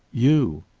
you.